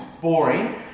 boring